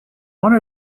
one